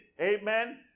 amen